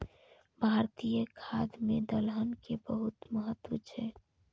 भारतीय खाद्य मे दलहन के बहुत महत्व छै